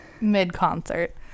mid-concert